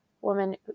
woman